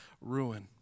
ruin